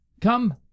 Come